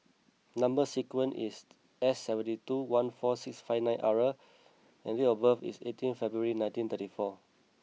number sequence is S seventy two one four six five nine R and date of birth is eighteen February nineteen thirty four